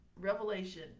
revelation